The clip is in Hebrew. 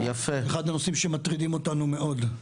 אחד הנושאים שמטרידים אותנו מאוד.